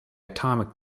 atomic